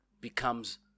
becomes